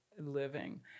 living